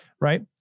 right